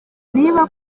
niba